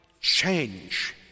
Change